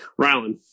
Rylan